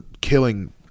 killing